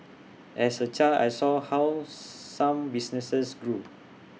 as A child I saw how some businesses grew